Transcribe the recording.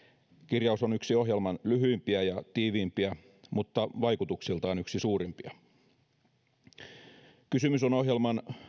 kirjaus on yksi ohjelman lyhyimpiä ja tiiveimpiä mutta vaikutuksiltaan yksi suurimpia kysymys on ohjelman